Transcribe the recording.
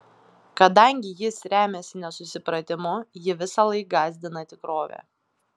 kadangi jis remiasi nesusipratimu jį visąlaik gąsdina tikrovė